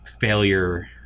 failure